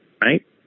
right